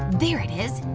there it is!